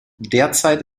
derzeit